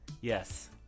Yes